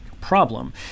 problem